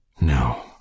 no